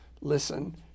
listen